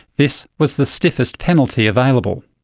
this was the stiffest penalty available.